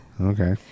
Okay